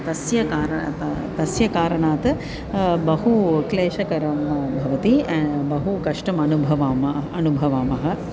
तस्य कार त तस्य कारणात् बहु क्लेशकरं भवति बहु कष्टम् अनुभवामः अनुभवामः